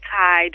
tide